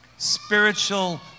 spiritual